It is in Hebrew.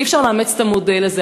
אי-אפשר לאמץ את המודל הזה?